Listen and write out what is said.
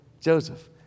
Joseph